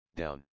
down